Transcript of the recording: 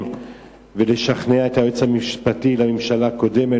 ולשכנע את היועץ המשפטי לממשלה הקודם,